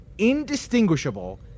Indistinguishable